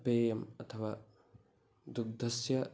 पेयम् अथवा दुग्धस्य